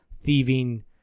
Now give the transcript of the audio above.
thieving